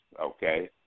okay